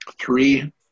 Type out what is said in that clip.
three